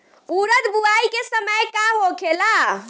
उरद बुआई के समय का होखेला?